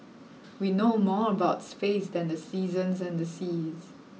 we know more about space than the seasons and the seas